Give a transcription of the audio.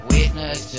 Witness